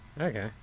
okay